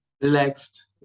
Relaxed